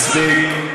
מספיק.